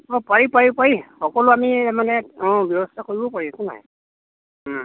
অঁ পাৰি পাৰি পাৰি সকলো আমি মানে অঁ ব্যৱস্থা কৰিব পাৰি একো নাই